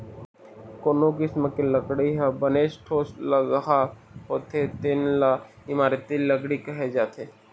कोनो किसम के लकड़ी ह बनेच ठोसलगहा होथे तेन ल इमारती लकड़ी कहे जाथे